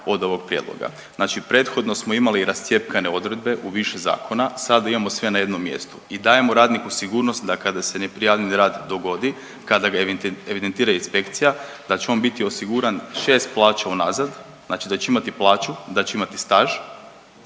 od ovog Prijedloga? Znači prethodno smo imali rascjepkane odredbe u više zakona, sada imamo sve na jednom mjestu i dajemo radniku sigurnost da kada se neprijavljeni rad dogodi, kada ga evidentira inspekcija da će on biti osiguran 6 plaća unazad, znači da će imati plaću, da će imati staž.